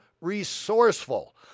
resourceful